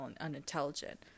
unintelligent